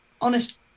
honest